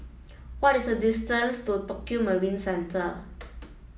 what is the distance to Tokio Marine Centre